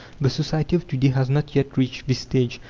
the society of to-day has not yet reached this stage.